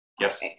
Yes